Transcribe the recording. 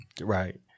Right